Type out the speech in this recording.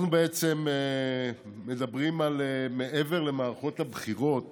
אנחנו בעצם מדברים על מעבר למערכות הבחירות